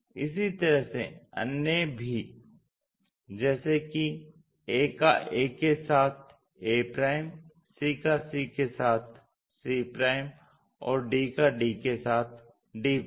इसी तरह से अन्य भी जैसे कि a का a के साथ a c का c के साथ c और d का d के साथ d